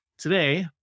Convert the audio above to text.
Today